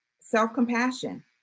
Self-compassion